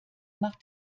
macht